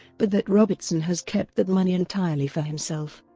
but that robertson has kept that money entirely for himself.